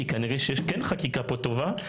כי כנראה שיש כן חקיקה פה טובה,